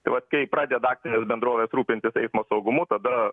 tai vat kai pradeda akcinės bendrovės rūpintis eismo saugumu tada